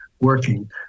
working